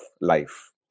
life